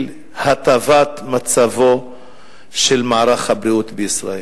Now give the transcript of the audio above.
את הטבת מצבו של מערך הבריאות בישראל.